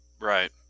Right